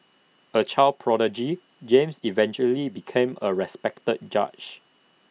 A child prodigy James eventually became A respected judge